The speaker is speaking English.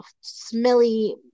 smelly